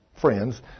friends